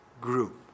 group